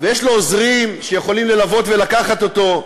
ויש לו עוזרים שיכולים ללוות ולקחת אותו,